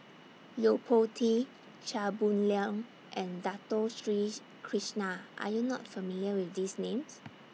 Yo Po Tee Chia Boon Leong and Dato Sri Krishna Are YOU not familiar with These Names